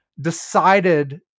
decided